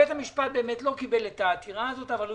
בית המשפט לא קיבל את העתירה הזאת אבל הוא